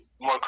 more